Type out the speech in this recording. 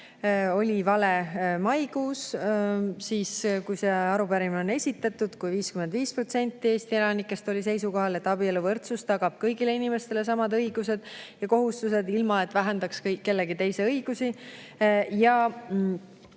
oli vale ka maikuus, kui see arupärimine esitati: 55% Eesti elanikest oli siis seisukohal, et abieluvõrdsus tagab kõigile inimestele samad õigused ja kohustused, ilma et see vähendaks kellegi teise õigusi.